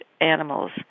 animals